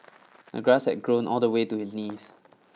the grass had grown all the way to his knees